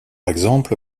exemple